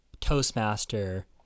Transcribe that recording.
Toastmaster